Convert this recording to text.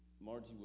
Margie